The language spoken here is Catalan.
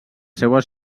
seues